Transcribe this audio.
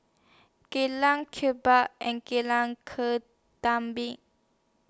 Jalan and Jalan Ketumbit